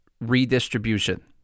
redistribution